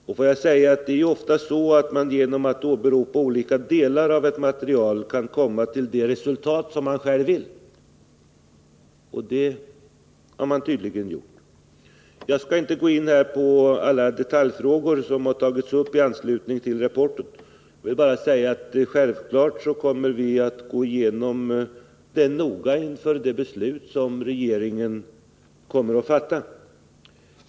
Det är ju oftast så att man genom att åberopa olika delar av ett material kan komma fram till det resultat man själv vill, och det är tydligen vad som skett här. Jag skall inte gå in på alla detaljfrågor som har tagits upp i anslutning till rapporten, utan jag vill bara säga att vi självfallet kommer att gå igenom rapporten noga inför det beslut som skall fattas.